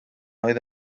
oedd